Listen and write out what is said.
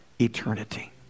eternity